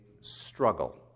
struggle